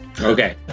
okay